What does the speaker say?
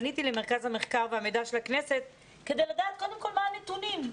למרכז המחקר והמידע של הכנסת כדי לדעת קודם כל מה הנתונים,